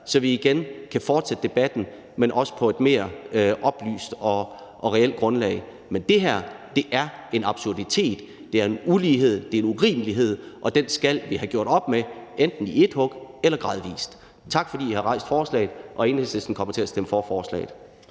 så vi igen kan fortsætte debatten, men på et mere oplyst og reelt grundlag. Men det her er en absurditet. Det er en ulighed. Det er en urimelighed, og den skal vi have gjort op med, enten i ét hug eller gradvis. Tak, fordi I har stillet forslaget. Enhedslisten kommer til at stemme for forslaget.